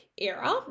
Era